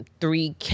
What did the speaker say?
Three